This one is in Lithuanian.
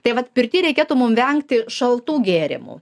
tai vat pirty reikėtų mum vengti šaltų gėrimų